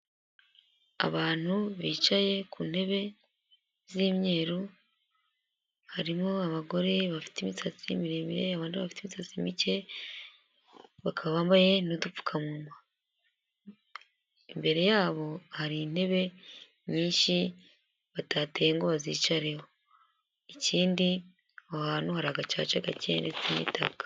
Abantu bicaye ku ntebe z'imyeru harimo abagore bafite imisatsi miremire, abandi bafite imisatsi micye, bakaba bambaye n'udupfukamunwa. Imbere yabo hari intebe nyinshi batateye ngo bazicareho, ikindi aho hantu hari agacaca gake n'ibitaka.